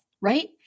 right